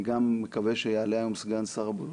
אני מקווה שיעלה היום סגן שר הבריאות.